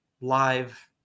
live